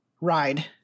Ride